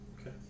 Okay